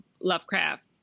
Lovecraft